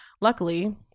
Luckily